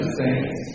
saints